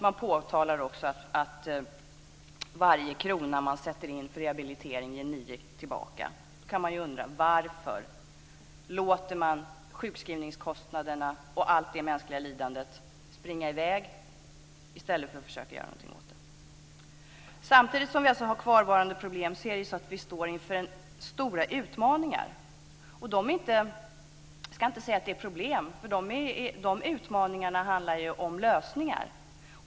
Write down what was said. Man påtalar också att varje krona som sätts in för rehabilitering ger nio tillbaka. Varför låter man sjukskrivningskostnaderna och allt det mänskliga lidandet springa i väg i stället för att försöka göra någonting åt det? Samtidigt som vi alltså har kvarvarande problem står vi inför stora utmaningar. Jag ska inte tala om problem, för de utmaningarna handlar om lösningar.